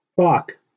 Fuck